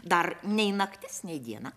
dar nei naktis nei diena